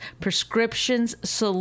prescriptions